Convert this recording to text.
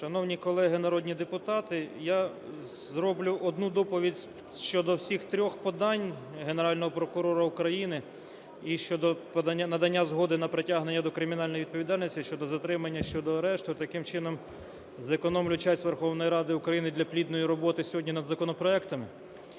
Шановні колеги народні депутати, я зроблю одну доповідь щодо всіх трьох подань Генерального прокурора України: і щодо надання згоди на притягнення до кримінальної відповідальності, щодо затримання, щодо арешту. Таким чином зекономлю час Верховної Ради України для плідної роботи сьогодні над законопроектами.